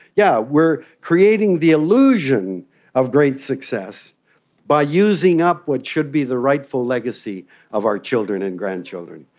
yeah, we're creating the illusion of great success by using up what should be the rightful legacy of our children and grandchildren.